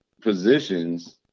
positions